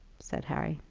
said harry.